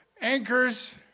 Anchors